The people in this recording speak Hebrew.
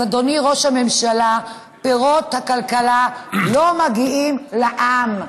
אז אדוני ראש הממשלה, פירות הכלכלה לא מגיעים לעם.